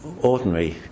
ordinary